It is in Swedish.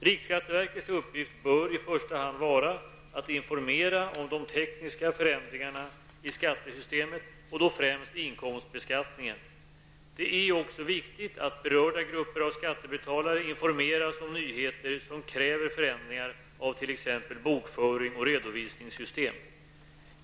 Riksskatteverkets uppgift bör i första hand vara att informera om de tekniska förändringarna i skattesystemet och då främst inkomstbeskattningen. Det är också viktigt att berörda grupper av skattebetalare informeras om nyheter som kräver förändringar av t.ex. bokföring och redovisningssystem.